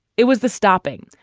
it was the stoppings,